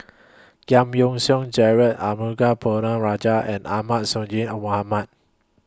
Giam Yean Song Gerald Arumugam Ponnu Rajah and Ahmad Sonhadji A Mohamad